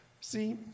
see